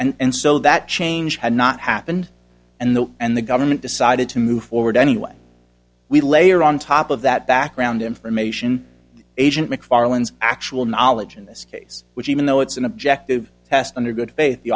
and so that change had not happened and the and the government decided to move forward anyway we layer on top of that background information agent mcfarlane's actual knowledge in this case which even though it's an objective test under good faith